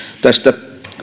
tästä